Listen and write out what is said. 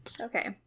Okay